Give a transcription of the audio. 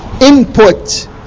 input